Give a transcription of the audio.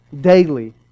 daily